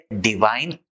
divine